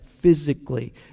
physically